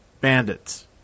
Bandits